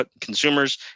consumers